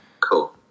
cool